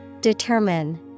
Determine